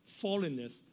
fallenness